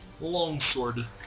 longsword